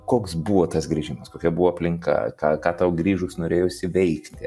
koks buvo tas grįžimas kokia buvo aplinka ką ką tau grįžus norėjosi veikti